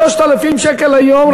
3,000 שקלים היום,